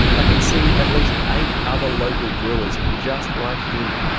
i can see at least eight other local brewers just like him,